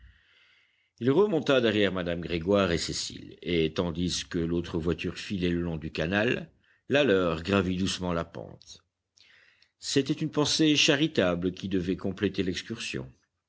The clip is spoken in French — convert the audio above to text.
il remonta derrière madame grégoire et cécile et tandis que l'autre voiture filait le long du canal la leur gravit doucement la pente c'était une pensée charitable qui devait compléter l'excursion